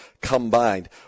combined